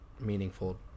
meaningful